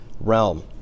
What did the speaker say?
realm